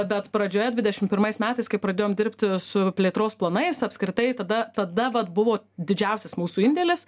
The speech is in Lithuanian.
bet pradžioje dvidešimt pirmais metais kai pradėjom dirbti su plėtros planais apskritai tada tada vat buvo didžiausias mūsų indėlis